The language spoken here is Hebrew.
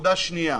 נקודה שנייה,